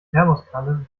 thermoskanne